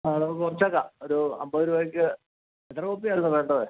ആ അത് നമുക്ക് കുറച്ചേക്കാം ഒരു അമ്പത് രൂപയ്ക്ക് എത്ര കോപ്പി ആയിരുന്നു വേണ്ടത്